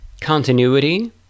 continuity